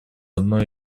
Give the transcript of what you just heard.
одной